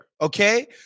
okay